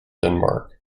denmark